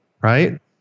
right